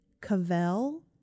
Cavell